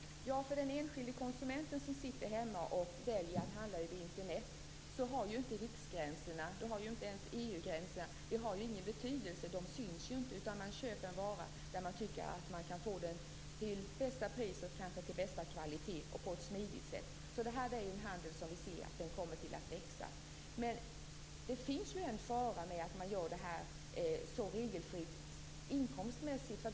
Herr talman! För den enskilde konsumenten som sitter hemma och väljer att handla över Internet har inte riksgränserna, och inte ens EU-gränserna, någon betydelse. De syns ju inte. Man köper en vara där man får den till bästa pris och bästa kvalitet och på ett smidigt sätt. Detta är en handel som kommer att växa. Men det finns ju en fara med att man gör detta så regelfritt inkomstmässigt.